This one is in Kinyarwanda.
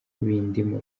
bindimo